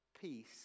Peace